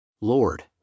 Lord